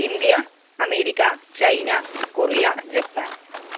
India America China Korea Japan